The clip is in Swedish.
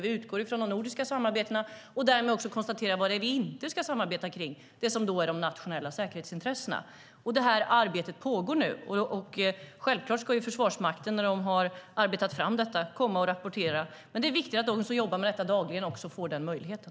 Vi utgår från de nordiska samarbetena och kan därmed också konstatera vad det är vi inte ska samarbeta kring, de nationella säkerhetsintressena. Det här arbetet pågår. Självklart ska Försvarsmakten, när de har arbetat fram detta, komma och rapportera. Men det är viktigt att de som jobbar med detta dagligen också får den här möjligheten.